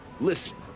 listen